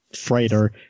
freighter